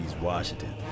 Washington